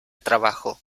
trabajo